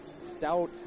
Stout